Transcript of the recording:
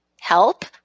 help